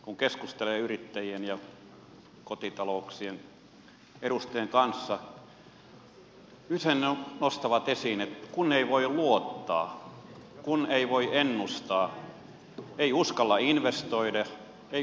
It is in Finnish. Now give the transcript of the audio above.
kun keskustelee yrittäjien ja kotita louksien edustajien kanssa usein he nostavat esiin että kun ei voi luottaa kun ei voi ennustaa ei uskalla investoida ei uskalla kuluttaa